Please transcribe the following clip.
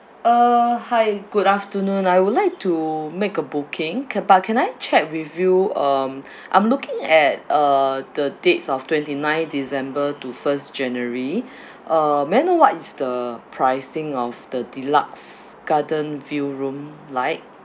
uh hi good afternoon I would like to make a booking c~ but can I check with you um I'm looking at uh the dates of twenty nine december to first january uh may I know what is the pricing of the deluxe garden view room like